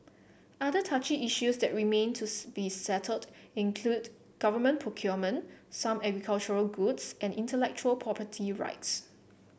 other touchy issues that remain to be settled include government procurement some goods and intellectual property rights